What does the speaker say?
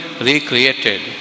recreated